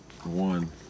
One